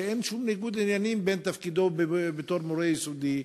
שאין שום ניגוד עניינים עם תפקידו בתור מורה ביסודי.